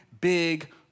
big